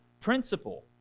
principle